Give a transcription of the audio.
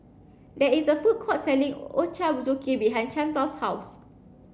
there is a food court selling Ochazuke behind Chantal's house